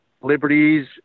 liberties